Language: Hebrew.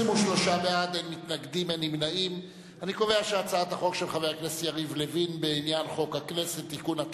ההצעה להעביר את הצעת חוק הכנסת (תיקון,